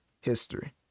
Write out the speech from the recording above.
history